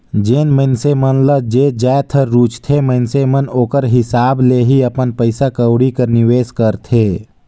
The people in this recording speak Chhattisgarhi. जेन मइनसे मन ल जे जाएत हर रूचथे मइनसे मन ओकर हिसाब ले ही अपन पइसा कउड़ी कर निवेस करथे